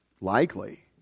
likely